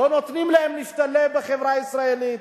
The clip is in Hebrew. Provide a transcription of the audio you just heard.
לא נותנים להם להשתלב בחברה הישראלית.